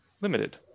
limited